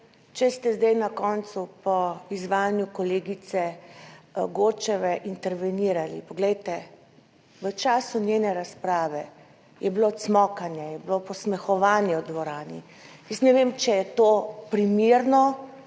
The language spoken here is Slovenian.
če ste zdaj na koncu po izvajanju kolegice Godčeve intervenirali, poglejte, v času njene razprave je bilo cmokanje, je bilo posmehovanje v dvorani. Jaz ne vem, če je to primerno,